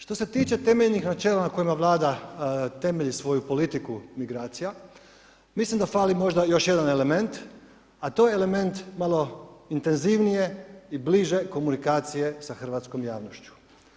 Što se tiče temeljnih načela, na kojima vlada temelji svoju politiku, migracija, mislim da fali možda još jedan element, a to je element malo intenzivnije i bliže komunikacije sa hrvatskom javnošću.